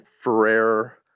Ferrer